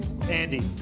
Andy